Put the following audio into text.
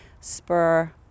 spur